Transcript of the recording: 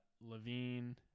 Levine